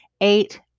eight